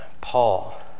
Paul